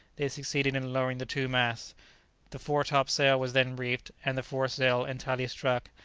they succeeded in lowering the two masts the fore-top-sail was then reefed, and the fore-sail entirely struck,